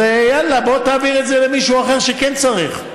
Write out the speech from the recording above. אז יאללה, בוא תעביר את זה למישהו אחר שכן צריך.